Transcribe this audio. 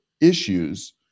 issues